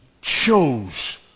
chose